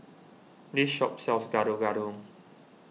this shop sells Gado Gado